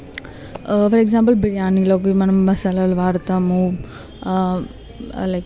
for example బిర్యానీలోకి మనం మసాలాలు వాడతాము లైక్